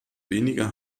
weniger